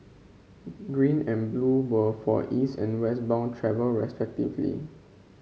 green and blue were for East and West bound travel respectively